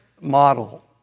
model